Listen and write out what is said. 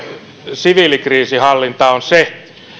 siviilikriisinhallinta on se